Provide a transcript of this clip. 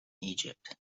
egypt